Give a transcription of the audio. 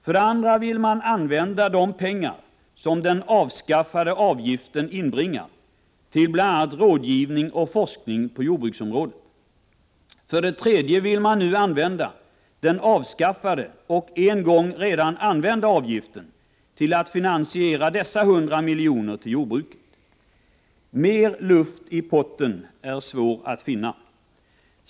För det andra vill man använda de pengar som den avskaffade avgiften inbringar till bl.a. rådgivning och forskning på jordbruksområdet. För det tredje vill man använda den avskaffade och den en gång redan använda avgiften till att finansiera det nämnda tillskottet på 100 milj.kr. till jordbruket. Mer luft i potten är svårt att finna.